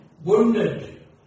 Wounded